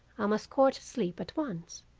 i must court sleep at once.